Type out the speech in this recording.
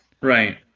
Right